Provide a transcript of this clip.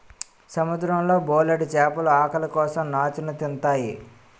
సముద్రం లో బోలెడు చేపలు ఆకలి కోసం నాచుని తింతాయి